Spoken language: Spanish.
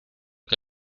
que